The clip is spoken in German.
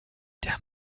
der